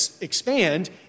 expand